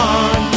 on